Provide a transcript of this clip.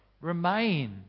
remain